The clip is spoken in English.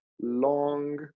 long